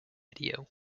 video